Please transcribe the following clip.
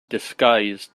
disguised